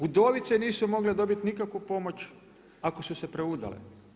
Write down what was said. Udovice nisu mogle dobiti nikakvu pomoć ako su se preudale.